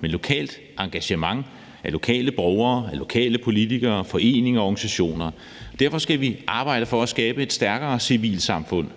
med lokalt engagement af lokale borgere, lokale politikere, foreninger og organisationer, og derfor skal vi arbejde for at skabe et stærkere civilsamfund